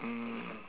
um